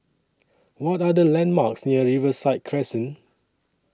What Are The landmarks near Riverside Crescent